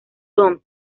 son